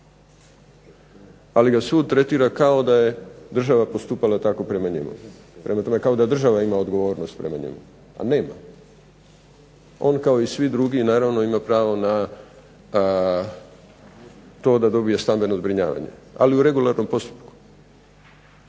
Ali ga sud tretira kao da je država postupala tako prema njemu. Prema tome, kao da država ima odgovornost prema njemu, a nema. On kao i svi drugi naravno ima pravo na to da dobije stambeno zbrinjavanje ali u regularnom postupku.